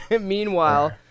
Meanwhile